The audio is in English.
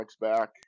back